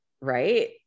right